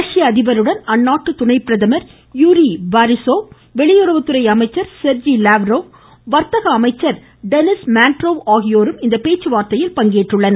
ரஷ்ய அதிபருடன் அந்நாட்டு துணை பிரதமர் யூரி பாரிசோவ் வெளியுறவு துறை அமைச்சர் செர்ஜி லாவ்ராவ் வர்த்தக அமைச்சர் டெனிஸ் மான்ட்ரோவ் ஆகியோரும் இந்த பேச்சுவார்த்தையில் பங்கேற்றுள்ளனர்